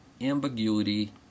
ambiguity